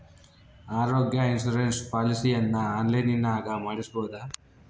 ಆರೋಗ್ಯ ಇನ್ಸುರೆನ್ಸ್ ಪಾಲಿಸಿಯನ್ನು ಆನ್ಲೈನಿನಾಗ ಮಾಡಿಸ್ಬೋದ?